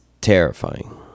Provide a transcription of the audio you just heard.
terrifying